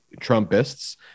Trumpists